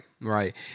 right